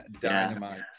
dynamite